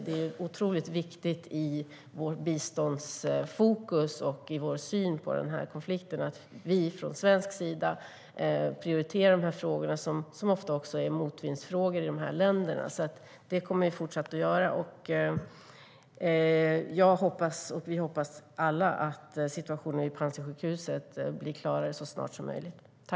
Det är viktigt i vårt biståndsfokus och i vår syn på denna konflikt att Sverige prioriterar dessa frågor som ofta är motvindsfrågor i de här länderna. Det kommer vi att fortsätta att göra.